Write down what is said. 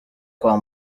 kwa